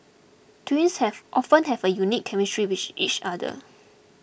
twins have often have a unique chemistry with each other